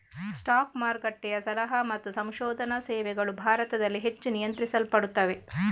stock ಮಾರುಕಟ್ಟೆಯ ಸಲಹಾ ಮತ್ತು ಸಂಶೋಧನಾ ಸೇವೆಗಳು ಭಾರತದಲ್ಲಿ ಹೆಚ್ಚು ನಿಯಂತ್ರಿಸಲ್ಪಡುತ್ತವೆ